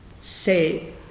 say